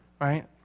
right